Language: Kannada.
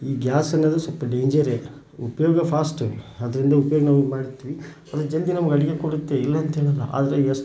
ಈ ಗ್ಯಾಸ್ ಅನ್ನೋದು ಸ್ವಲ್ಪ ಡೇಂಜರೇ ಉಪಯೋಗ ಫಾಸ್ಟು ಅದರಿಂದ ಉಪಯೋಗ ನಾವು ಮಾಡ್ತೀವಿ ಅದು ಜಲ್ದಿ ನಮ್ಗೆ ಅಡುಗೆ ಕೊಡುತ್ತೆ ಇಲ್ಲ ಅಂಥೇಳಲ್ಲ ಆದರೆ ಎಷ್ಟು